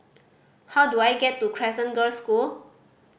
how do I get to Crescent Girls' School